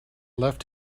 left